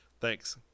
thanks